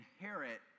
inherit